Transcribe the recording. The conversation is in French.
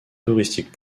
touristique